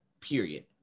period